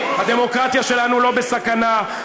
הדמוקרטיה שלנו לא בסכנה,